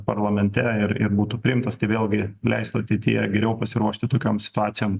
parlamente ir ir būtų priimtas tai vėlgi leistų ateityje geriau pasiruošti tokiom situacijom